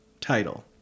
Title